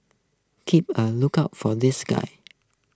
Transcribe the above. keep a lookout for this guy